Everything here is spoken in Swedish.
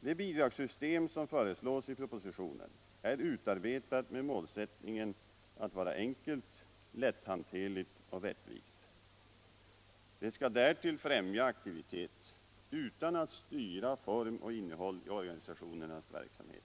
Det bidragssystem som föreslås i propositionen är utarbetat med målsättningen att vara enkelt, lätthanterligt och rättvist. Det skall därtill främja aktivitet utan att styra form och innehåll i organisationernas verksamhet.